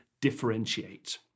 differentiate